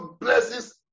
blesses